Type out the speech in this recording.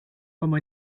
como